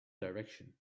direction